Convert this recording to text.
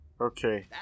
Okay